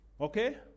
Okay